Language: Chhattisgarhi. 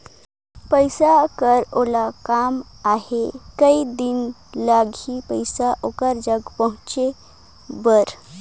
पइसा कर ओला काम आहे कये दिन लगही पइसा ओकर जग पहुंचे बर?